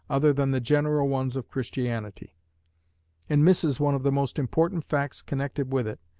other than the general ones of christianity and misses one of the most important facts connected with it,